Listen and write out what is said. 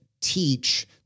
teach